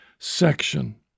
Section